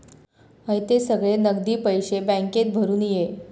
हयते सगळे नगदी पैशे बॅन्केत भरून ये